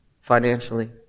financially